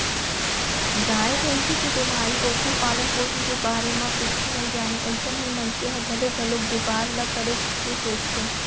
गाय, भँइसी के बेमारी, ओखर पालन, पोसन के बारे म कुछु नइ जानय अइसन हे मनसे ह घलौ घलोक बैपार ल करे के सोचथे